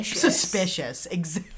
Suspicious